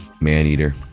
Maneater